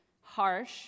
Harsh